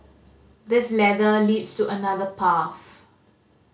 this ladder leads to another path